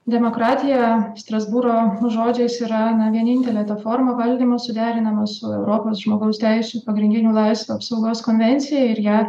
demokratija strasbūro žodžiais yra na vienintelė ta forma valdymo suderinama su europos žmogaus teisių pagrindinių laisvių apsaugos konvencija ir ją